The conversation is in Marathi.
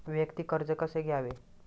वैयक्तिक कर्ज कसे घ्यावे?